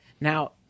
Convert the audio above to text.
Now